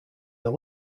are